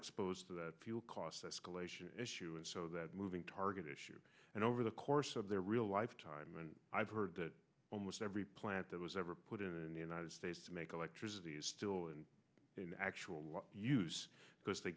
exposed to the cost escalation issue and so that moving target issue and over the course of their real life time and i've heard that almost every plant that was ever put in the united states to make electricity is still in actual use because they